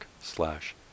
slash